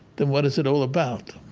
then what is it all about?